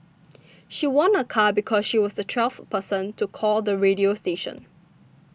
she won a car because she was the twelfth person to call the radio station